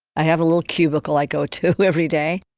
i have a little cubicle i go to every day.